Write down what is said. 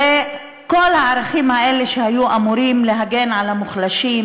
וכל הערכים האלה שהיו אמורים להגן על המוחלשים,